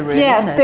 yes,